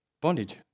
Bondage